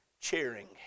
cheering